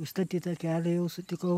užstatytą kelią jau sutikau